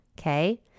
okay